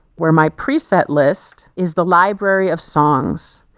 where my preset list is the library of songs.